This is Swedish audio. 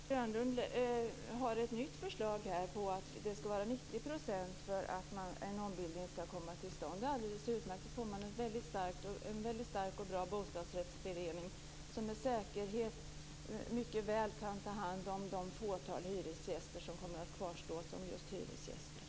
Fru talman! Amanda Grönlund har ett nytt förslag att 90 % av hyresgästerna skall stå bakom förslaget för att ombildning till bostadsrätter skall komma till stånd. Det är alldeles utmärkt. Då får man en väldigt stark och bra bostadsrättsförening som med säkerhet mycket väl kan ta hand om det fåtal hyresgäster som kommer att kvarstå som just hyresgäster.